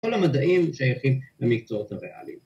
‫כל המדעים שייכים למקצועות הריאליים.